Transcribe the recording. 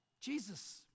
Jesus